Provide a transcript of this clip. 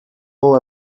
all